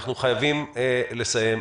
אנחנו חייבים לסיים.